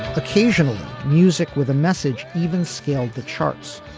occasionally music with a message even scaled the charts.